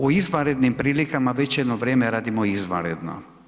izvanrednim prilikama već jedno vrijeme radimo izvanredno.